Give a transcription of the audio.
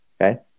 okay